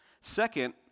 Second